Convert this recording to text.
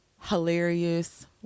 hilarious